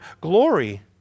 glory